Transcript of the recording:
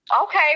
Okay